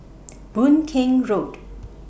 Boon Keng Road